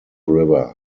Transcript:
river